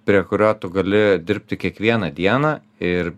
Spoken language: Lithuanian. prie kurio tu gali dirbti kiekvieną dieną ir